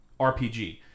RPG